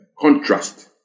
contrast